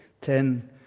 Ten